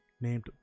named